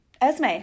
Esme